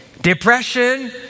Depression